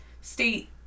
state